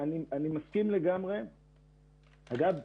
אגב,